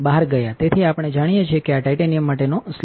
તેથી આપણે જાણીએ છીએ કે આ ટાઇટેનિયમ માટેનો સ્લોટ છે